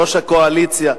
ראש הקואליציה,